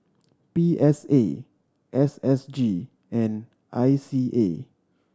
P S A S S G and I C A